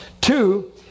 Two